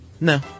No